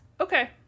Okay